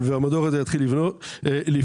המדור הזה התחיל לפעול.